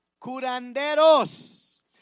curanderos